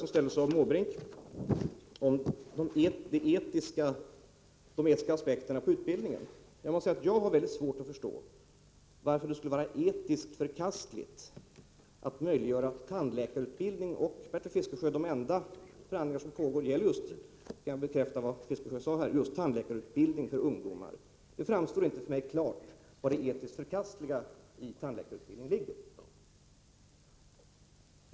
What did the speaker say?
Bertil Måbrink tog upp de etiska aspekterna på utbildningen. Jag har svårt att förstå varför det skulle vara etiskt förkastligt att möjliggöra tandläkarutbildning. De enda förhandlingar som pågår, Bertil Fiskesjö, gäller just tandläkarutbildning för ungdomar, och det framstår inte för mig klart vari det etiskt förkastliga i tandläkarutbildning ligger.